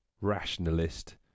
rationalist